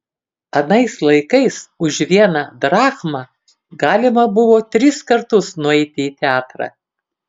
anais laikais už vieną drachmą galima buvo tris kartus nueiti į teatrą